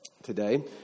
Today